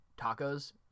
tacos